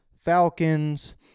falcons